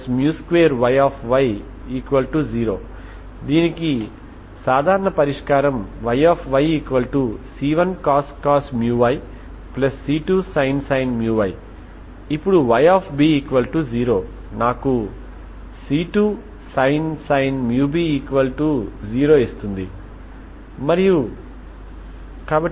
కాబట్టి ఆ సందర్భంలో కాస్ లేదా సైన్ ఏ రూపంలో వచ్చినా వాటి nతో భర్తీ చేయబడతాయి కాబట్టి అవి మీ ఐగెన్ ఫంక్షన్ లు మరియు భర్తీ చేయడం ద్వారా ఆ 1 2 3n చివరకు డాట్ ఉత్పత్తితో ఇనీషియల్ కండిషన్ ని వర్తింపజేయండి అక్కడ మీరు స్టర్మ్ లియోవిల్లే సమస్య నుండి డాట్ ఉత్పత్తిని పొందవచ్చు